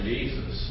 Jesus